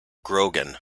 grogan